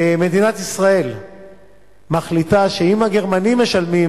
מדינת ישראל מחליטה שאם הגרמנים משלמים,